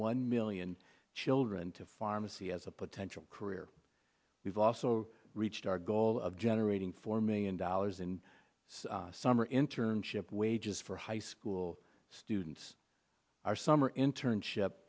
one million children to pharmacy as a potential career we've also reached our goal of generating four million dollars in summer internship wages for high school students our summer internship